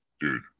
dude